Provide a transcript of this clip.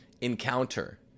encounter